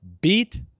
beat